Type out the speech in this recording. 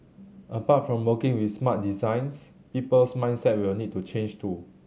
apart from working with smart designs people's mindset will need to change too